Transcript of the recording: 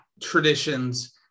traditions